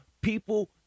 people